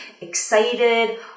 excited